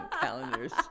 calendars